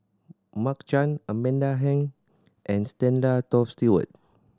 Mark Chan Amanda Heng and Stanley Toft Stewart